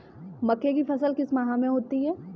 मक्के की फसल किस माह में होती है?